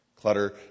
Clutter